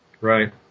Right